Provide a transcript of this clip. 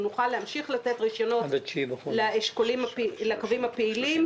נוכל להמשיך לתת רישיונות לקווים הפעילים